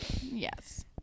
Yes